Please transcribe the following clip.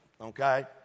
okay